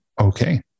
okay